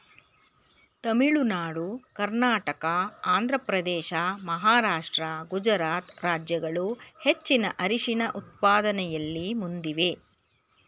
ತಮಿಳುನಾಡು ಕರ್ನಾಟಕ ಆಂಧ್ರಪ್ರದೇಶ ಮಹಾರಾಷ್ಟ್ರ ಗುಜರಾತ್ ರಾಜ್ಯಗಳು ಹೆಚ್ಚಿನ ಅರಿಶಿಣ ಉತ್ಪಾದನೆಯಲ್ಲಿ ಮುಂದಿವೆ